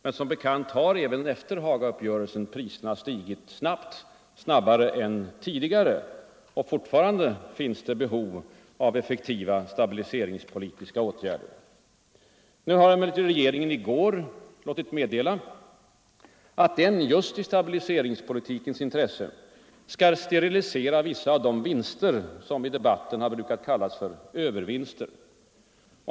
Men som bekant har även efter Hagauppgörelsen priserna stigit snabbt — snabbare än tidigare — och fortfarande finns behov av effektiva stabiliseringspolitiska åtgärder. Nu lät emellertid regeringen i går meddela att den just i stabiliseringspolitikens intresse skall sterilisera vissa av de vinster som i debatten brukat kallas övervinster.